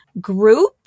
group